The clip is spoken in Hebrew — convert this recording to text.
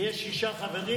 אם יש 600 ויש שישה חברים,